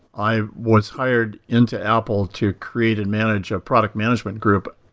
i was hired into apple to create and manage a product management group,